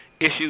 issues